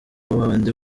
babandi